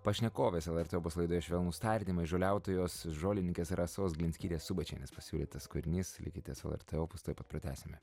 pašnekovės lrt opus laidoje švelnūs tardymai žoliautojos žolininkės rasos glinskytės subačienės pasiūlytas kūrinys likite su lrt opus tuoj pat pratęsime